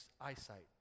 eyesight